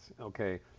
okay